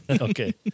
Okay